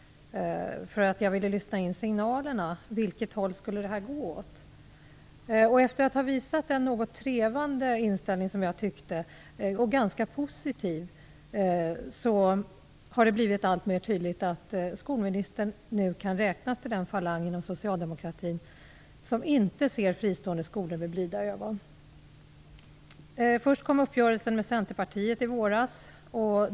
Jag ville nämligen lyssna in signalerna om vilket håll detta skulle gå åt. Efter att tidigare ha visat en, som jag tycker, något trevande och ganska positiv inställning har det blivit alltmer tydligt att skolministern nu kan räknas till den falang inom socialdemokratin som inte ser fristående skolor med blida ögon. För det första kom uppgörelsen med Centerpartiet i våras.